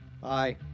Bye